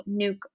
nuke